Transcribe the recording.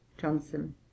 Johnson